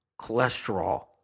cholesterol